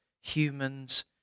humans